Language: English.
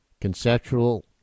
Conceptual